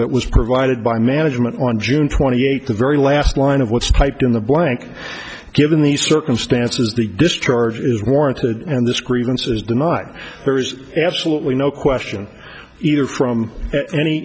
that was provided by management on june twenty eighth the very last line of what's typed in the blank given the circumstances the discharge is warranted and this grievance is the mine there is absolutely no question either from any